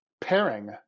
pairing